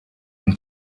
been